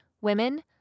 women